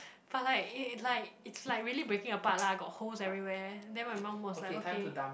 but it like it's like really breaking apart lah got holes everywhere then my mum was like okay